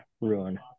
ruin